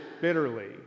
bitterly